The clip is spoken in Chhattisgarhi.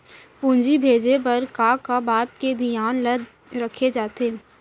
पूंजी भेजे बर का का बात के धियान ल रखे जाथे?